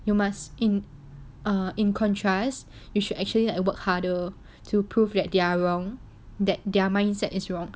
you must in err in contrast you should actually like work harder to prove that they are wrong that their mindset is wrong